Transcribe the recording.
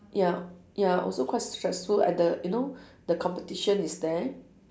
ya ya also quite stressful and the you know the competition is there